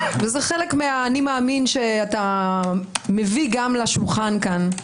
זה חלק מהאני מאמין שאתה מביא גם לשולחן כאן.